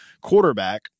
quarterback